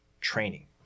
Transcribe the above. training